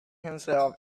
himself